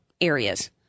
areas